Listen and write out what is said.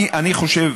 אני חושב,